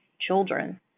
children